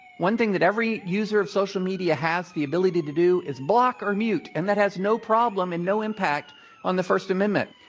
one thing that every user of social media has the ability to do is block or mute. and that has no problem and no impact on the first amendment.